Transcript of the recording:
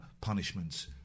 punishments